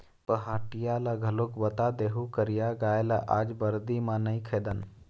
पहाटिया ल घलोक बता देहूँ करिया गाय ल आज बरदी म नइ खेदन